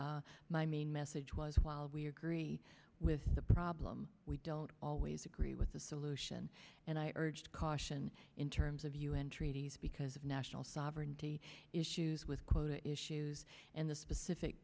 minority my main message was while we are gree with the problem we don't always agree with the solution and i urge caution in terms of un treaties because of national sovereignty issues with quota issues and the specific